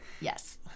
Yes